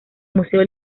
museo